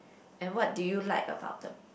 and what do you like about the